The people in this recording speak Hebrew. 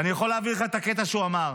ואני יכול להעביר לך את הקטע שהוא אמר.